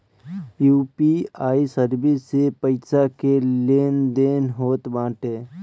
UPI service से पईसा के लेन देन होत बाटे